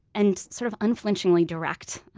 and sort of unflinchingly direct.